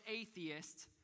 atheist